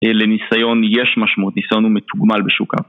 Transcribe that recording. לניסיון יש משמעות, ניסיון הוא מתוגמל בשוק.